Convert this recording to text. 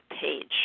page